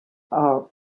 are